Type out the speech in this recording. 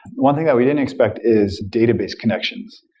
one thing that we didn't expect is database connections.